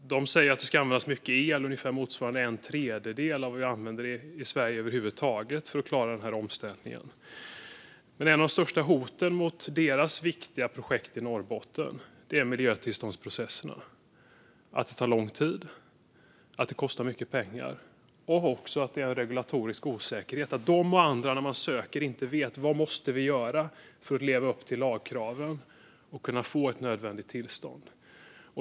De säger att för att klara denna omställning kommer det att krävas mycket el, ungefär motsvarande en tredjedel av det vi totalt använder i Sverige. Ett av de största hoten mot deras viktiga projekt i Norrbotten är miljötillståndsprocesserna. Det tar lång tid och kostar mycket pengar. Det finns också en regulatorisk osäkerhet som innebär att de och andra som söker inte vet vad de måste göra för att leva upp till lagkraven och kunna få ett nödvändigt tillstånd.